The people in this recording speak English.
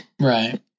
Right